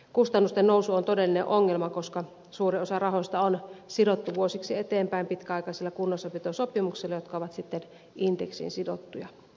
kustannusten nousu on todellinen ongelma koska suuri osa rahoista on sidottu vuosiksi eteenpäin pitkäaikaisilla kunnossapitosopimuksilla jotka ovat sitten indeksiin sidottuja